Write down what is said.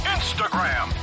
Instagram